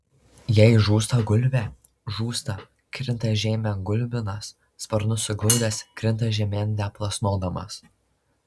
jei žūsta gulbė žūsta krinta žemėn gulbinas sparnus suglaudęs krinta žemėn neplasnodamas